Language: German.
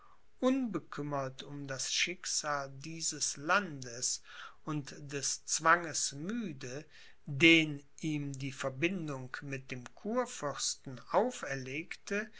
unbekümmert um das schicksal dieses landes und des zwanges müde den ihm die verbindung mit dem kurfürsten auferlegte